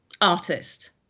artist